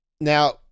Now